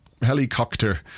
Helicopter